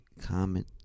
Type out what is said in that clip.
comment